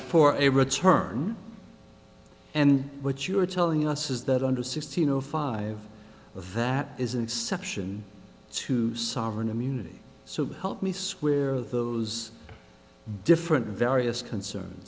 for a return and what you're telling us is that under sixteen zero five that is inception to sovereign immunity so help me square those different various concern